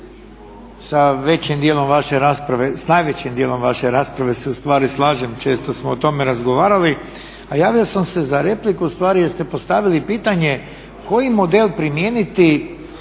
s najvećim dijelom vaše rasprave se u stvari slažem. Često smo o tome razgovarali, a javio sam se za repliku u stvari jer ste postavili i pitanje koji model primijeniti